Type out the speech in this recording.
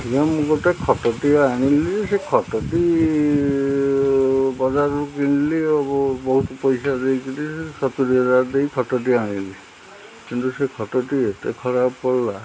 ଆଜ୍ଞା ମୁଁ ଗୋଟେ ଖଟଟିଏ ଆଣିଲି ସେ ଖଟଟି ବଜାରରୁ କିଣିଲି ବହୁତ ପଇସା ଦେଇ କରି ସତୁୁରୀ ହଜାର ଦେଇ ଖଟଟି ଆଣିଲି କିନ୍ତୁ ସେ ଖଟଟି ଏତେ ଖରାପ ପଡ଼ିଲା